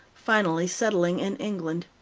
finally settling in england.